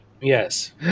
Yes